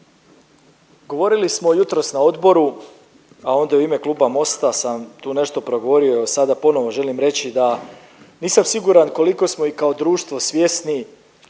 govorili smo jutros na odboru, a onda u ime Kluba MOST-a sam tu nešto progovorio, a sada ponovo želim reći da nisam siguran koliko smo i kao društvo svjesni